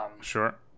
Sure